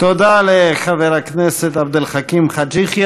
תודה לחבר הכנסת עבד אל חכים חאג' יחיא.